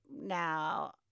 Now